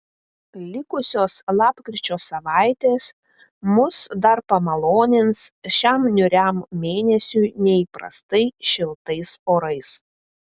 likusios lapkričio savaitės mus dar pamalonins šiam niūriam mėnesiui neįprastai šiltais orais